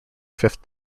fifth